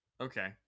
Okay